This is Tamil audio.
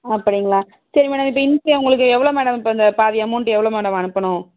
அப்படிங்களா சரி மேடம் இப்போ இன்ஷியல் உங்களுக்கு எவ்வளோ மேடம் இப்போ அந்த பாதி அமௌண்ட் எவ்வளோ மேடம் அனுப்பணும்